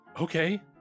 okay